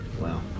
Wow